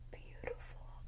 beautiful